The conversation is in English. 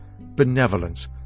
benevolence